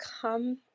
come